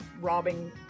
robbing